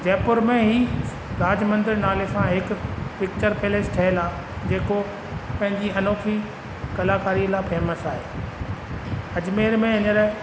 जयपुर में इहा राजमंदिर नाले सां हिकु पिक्चर पैलेस ठहियलु आहे जेको पंहिंजी अनोखी कलाकारी लाइ फेमस आहे अजमेर में हींअर